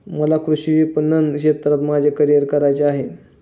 मला कृषी विपणन क्षेत्रात माझे करिअर करायचे आहे